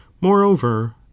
moreover